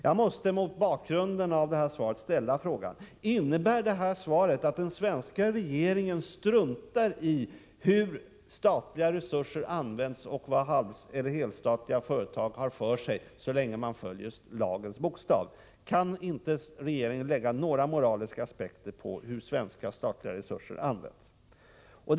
Jag måste mot bakgrund av svaret ställa frågan: Innebär svaret att den svenska regeringen struntar i hur statliga resurser används och vad halveller helstatliga företag har för sig, så länge de följer lagens bokstav? Kan inte regeringen anlägga några moraliska aspekter på hur statliga resurser används?